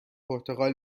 پرتقال